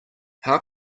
how